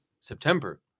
September